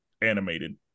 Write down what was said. animated